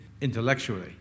intellectually